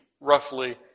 roughly